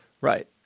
Right